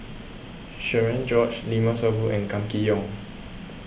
Cherian George Limat Sabtu and Kam Kee Yong